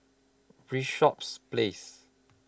Bishops Place